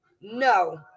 no